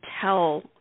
tell